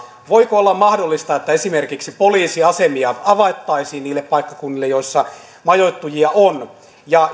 voisiko olla mahdollista että esimerkiksi poliisiasemia avattaisiin niille paikkakunnille joilla majoittujia on ja